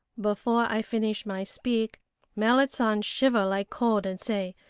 before i finish my speak merrit san shiver like cold and say,